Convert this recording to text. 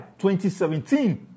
2017